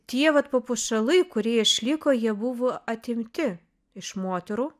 tie vat papuošalai kurie išliko jie buvo atimti iš moterų